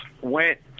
went